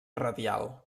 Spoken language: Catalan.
radial